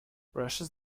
rushes